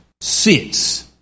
sits